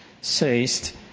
says